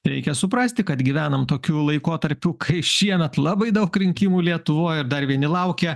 reikia suprasti kad gyvenam tokiu laikotarpiu kai šiemet labai daug rinkimų lietuvoje dar vieni laukia